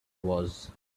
was